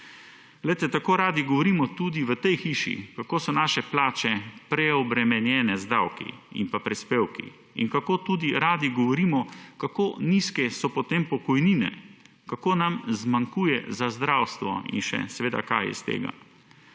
Tako radi govorimo tudi v tej hiši kako so naše plače preobremenjene z davki in prispevki in kako tudi radi govorimo kako nizke so potem pokojnine, kako nam zmanjkuje za zdravstvo in še kaj iz tega.